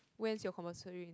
when's your compulsory intern